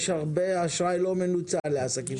יש הרבה אשראי לא מנוצל לעסקים.